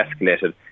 escalated